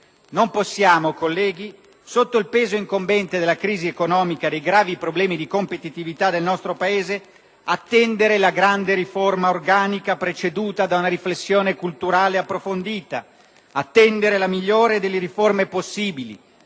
Non possiamo, colleghi, sotto il peso incombente della crisi economica e dei gravi problemi di competitività del nostro Paese, attendere la grande riforma organica preceduta da una riflessione culturale approfondita, attendere la migliore delle riforme possibili,